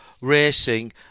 racing